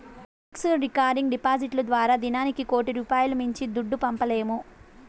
fixed, recurring డిపాడిట్లు ద్వారా దినానికి కోటి రూపాయిలు మించి దుడ్డు పంపలేము